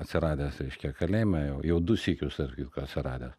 atsiradęs reiškia kalėjime jau jau du sykius tarp kitko atsiradęs